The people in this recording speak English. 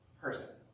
person